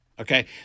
Okay